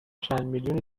چندمیلیونی